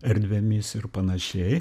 erdvėmis ir panašiai